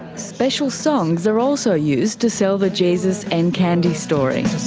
special songs are also used to sell the jesus and candy story.